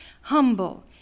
humble